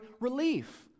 relief